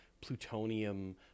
plutonium